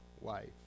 wife